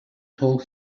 told